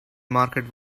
market